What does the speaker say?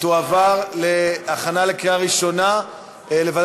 להעביר את הצעת חוק חינוך